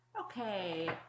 Okay